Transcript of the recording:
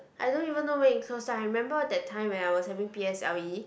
I don't even know when it close I remember that time when I was having P_S_L_E